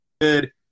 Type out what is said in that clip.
Good